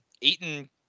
Eaton